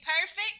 perfect